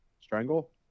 Strangle